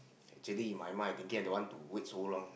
actually my mind thinking I don't want to wait so long